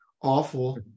awful